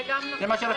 זה גם נכון.